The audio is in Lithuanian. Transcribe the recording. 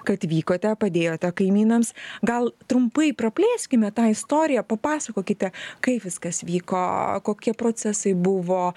kad vykote padėjote kaimynams gal trumpai praplėskime tą istoriją papasakokite kaip viskas vyko kokie procesai buvo